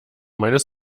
meines